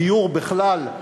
דיור בכלל,